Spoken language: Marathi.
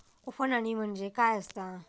उफणणी म्हणजे काय असतां?